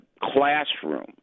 classroom